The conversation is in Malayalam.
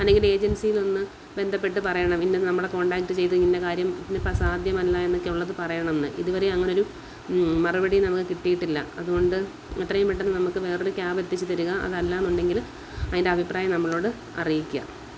അല്ലെങ്കിൽ ഏജൻസിയിലൊന്ന് ബന്ധപ്പെട്ട് പറയണം ഇന്ന ഇത് നമ്മളെ കോൺടാക്റ്റ് ചെയ്ത് ഇന്ന കാര്യം ഇന്ന ഇപ്പം സാധ്യമല്ല എന്നൊക്കെ ഉള്ളത് പറയണം എന്ന് ഇതുവരെ അങ്ങനെ ഒരു മറുപടി നമുക്ക് കിട്ടിയിട്ടില്ല അതുകൊണ്ട് എത്രയും പെട്ടെന്ന് നമുക്ക് വേറെ ഒരു ക്യാബ് എത്തിച്ച് തരിക അതല്ല എന്നുണ്ടെങ്കിൽ അതിൻ്റെ അഭിപ്രായം നമ്മളോട് അറിയിക്കുക